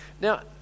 Now